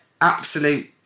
absolute